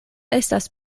estas